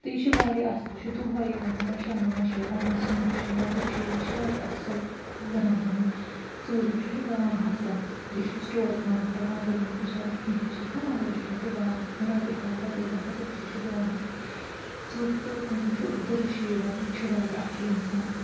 تہٕ یہِ چھِ واریاہ اَصٕل یہِ چھُ دُہَے یہِ وَنو شامَس چھِ وَنان سیُن چھُ یا ہُہ چھُ یہِ چھُ واریاہ اَصٕل زَنان مٲنِو ژوٗرِ یِم چھِ یہِ چھُ غلام حَسَن یہِ چھُ سِٹور کٲم کَران اگر بہٕ أمِس بِچارَس کینٛہہ تہِ چھَس نا منگان یہِ چھُ مےٚ دِوان رۄپیہِ ہَتھ رۄپیہِ زٕ ہَتھ تٔمِس یہِ چھِ دِوان بِچور ژوٚپ تہٕ پوٗنٛژِم چھِ عبدُالرشیٖدَن یہِ تہِ چھُ واریاہ اَصٕل اِنسان